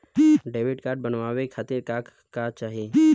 Debit card बनवावे खातिर का का चाही?